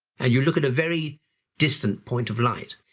and you look at a very distant point of light.